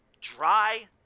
dry